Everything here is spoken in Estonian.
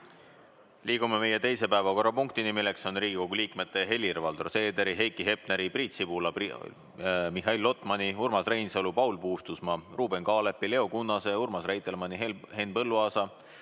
Liigume meie teise päevakorrapunkti juurde. See on Riigikogu liikmete Helir-Valdor Seederi, Heiki Hepneri, Priit Sibula, Mihhail Lotmani, Urmas Reinsalu, Paul Puustusmaa, Ruuben Kaalepi, Leo Kunnase, Urmas Reitelmanni, Henn Põlluaasa,